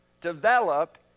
develop